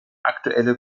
aktuelle